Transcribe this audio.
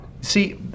See